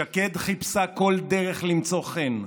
שקד חיפשה כל דרך למצוא חן,